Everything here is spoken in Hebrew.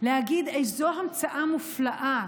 להגיד איזו המצאה מופלאה